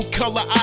color